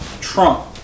Trump